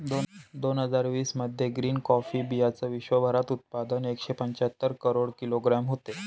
दोन हजार वीस मध्ये ग्रीन कॉफी बीयांचं विश्वभरात उत्पादन एकशे पंच्याहत्तर करोड किलोग्रॅम होतं